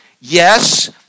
Yes